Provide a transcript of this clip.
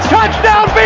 Touchdown